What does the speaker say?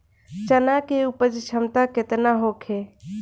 चना के उपज क्षमता केतना होखे?